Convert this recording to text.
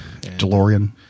DeLorean